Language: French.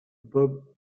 bob